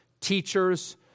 teachers